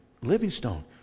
Livingstone